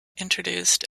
introduced